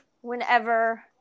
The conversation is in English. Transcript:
whenever